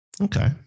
Okay